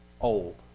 old